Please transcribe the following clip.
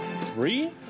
three